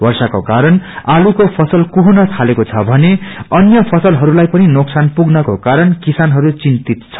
वष्पको कारण आलूको फसल कुहुन थालेको छ भने अन्य फसललाई पनि नोक्सान पुग्नको कारण किसानहरू चिन्तित छन्